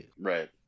Right